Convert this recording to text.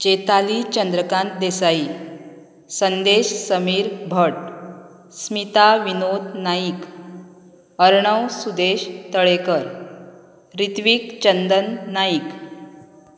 Chetali Chandrakant Desai Sandesh Sameer Bhat Smita Vinod Naik Arnav Sudesh Talekar Ritvik Chandan Naik